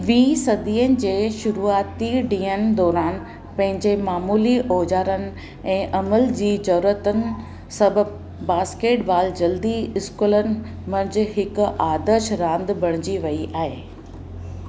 वीह सदीअ जे शुरूआती डींहंनि दौरान पंहिंजे मामूली औज़ारनि ऐं अमल जी ज़रूरतनि सबबु बास्केटबॉल जल्दी स्कूलनि मंझि हिकु आदर्श रांदि बणिजी वई आहे